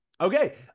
Okay